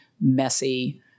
messy